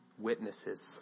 witnesses